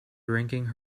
drinking